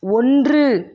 ஒன்று